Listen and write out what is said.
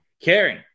Caring